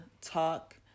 talk